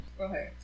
Okay